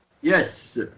Yes